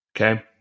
Okay